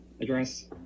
address